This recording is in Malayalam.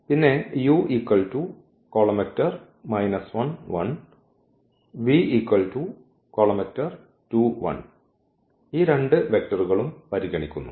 പിന്നെ ഈ രണ്ട് വെക്റ്ററുകളും പരിഗണിക്കുന്നു